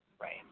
Right